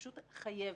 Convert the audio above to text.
פשוט חייבת.